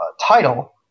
title